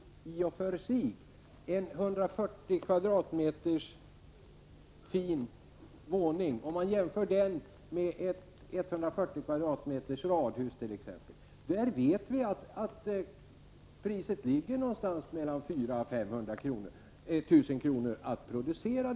Vi kan t.ex. jämföra en 140 kvadratmeters fin våning med ett 140 kvadratmeters radhus. Där vet vi att produktionskostnaden ligger någonstans mellan 400 000 och 500 000 kr.